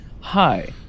Hi